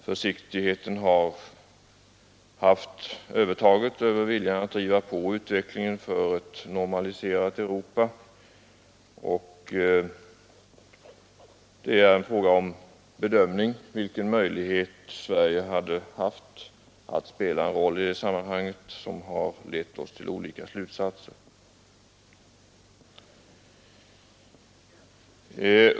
Försiktigheten har haft övertaget över viljan att driva på utvecklingen för ett normaliserat Europa. Det är bl.a. bedömningen av vilken möjlighet Sverige hade haft att spela en roll i det sammanhanget som har lett oss till olika slutsatser.